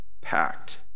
packed